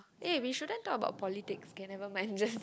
eh we shouldn't talk about politics okay never mind just